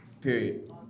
Period